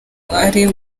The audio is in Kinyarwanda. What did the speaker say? ari